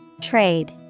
Trade